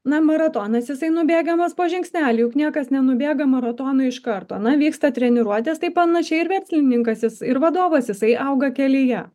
na maratonas jisai nubėgamas po žingsnelį juk niekas nenubėga maratono iš karto na vyksta treniruotės tai panašiai ir verslininkas jis ir vadovas jisai auga kelyje